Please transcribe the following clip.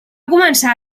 començar